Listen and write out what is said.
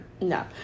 No